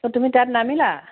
ত' তুমি তাত নামিলা